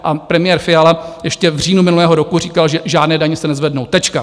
Pan premiér Fiala ještě v říjnu minulého roku říkal, že žádné daně se nezvednou, tečka.